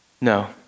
No